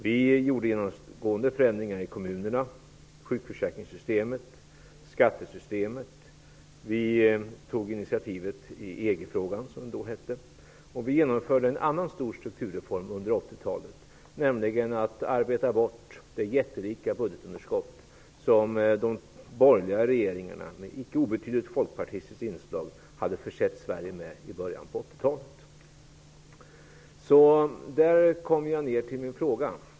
Vi genomförde genomgående förändringar i kommunerna, sjukförsäkringssystemet och skattesystemet. Vi tog initiativ i EG-frågan, som det då hette. Vi genomförde också en annan stor sturkturreform under 80-talet, nämligen att arbeta bort det jättelika budgetunderskott som de borgerliga regeringarna, med ett icke obetydligt folkpartistiskt inslag, hade försett Sverige med i början på 80 Här kommer jag nu till min fråga.